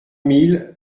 mille